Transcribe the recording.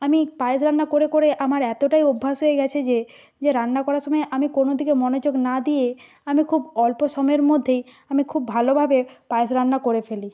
আমি পায়েস রান্না করে করে আমার এতটাই অভ্যাস হয়ে গেছে যে যে রান্না করার সময় আমি কোনো দিকে মনোযোগ না দিয়ে আমি খুব অল্প সময়ের মধ্যেই আমি খুব ভালোভাবে পায়েস রান্না করে ফেলি